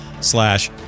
slash